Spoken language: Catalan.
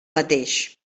mateix